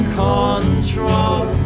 control